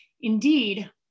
indeed